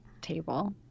table